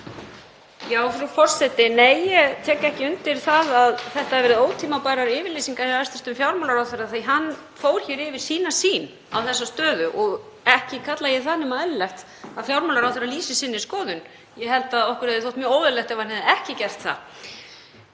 Frú forseti. Nei, ég tek ekki undir það að þetta hafi verið ótímabærar yfirlýsingar hjá hæstv. fjármálaráðherra. Hann fór yfir sína sýn á þessa stöðu og ekki kalla ég það nema eðlilegt að fjármálaráðherra lýsi sinni skoðun. Ég held að okkur hefði þótt mjög óeðlilegt ef hann hefði ekki gert það.